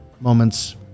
moments